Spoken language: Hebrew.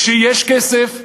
כשיש כסף,